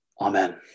Amen